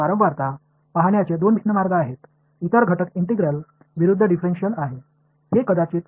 இப்போது அது நேரத்திற்கு எதிராக அதிர்வெண்ணைப் பார்க்க இரண்டு வெவ்வேறு வழிகள் உள்ளன மற்ற அம்சம் டிஃபரென்ஷியல் மற்றும் இன்டெக்ரல்